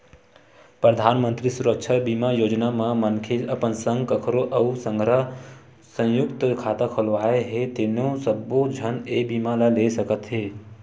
परधानमंतरी सुरक्छा बीमा योजना म मनखे अपन संग कखरो अउ के संघरा संयुक्त खाता खोलवाए हे तेनो सब्बो झन ए बीमा ल ले सकत हे